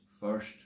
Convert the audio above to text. first